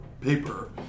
paper